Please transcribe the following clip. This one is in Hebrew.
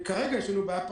כרגע יש לנו בעיה פרטנית.